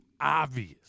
obvious